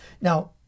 Now